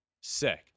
Sick